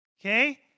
Okay